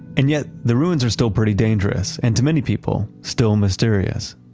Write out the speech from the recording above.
and yet the ruins are still pretty dangerous. and to many people, still mysterious